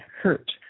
hurt